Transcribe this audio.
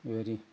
बेबायदि